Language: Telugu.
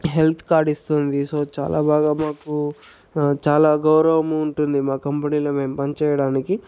హెల్త్ కార్డు ఇస్తుంది సో చాలా బాగా మాకు చాలా గౌరవము ఉంటుంది మా కంపెనీలో మేం పనిచేయడానికి